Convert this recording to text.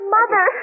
Mother